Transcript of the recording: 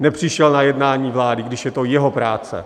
nepřišel na jednání vlády, když je to jeho práce.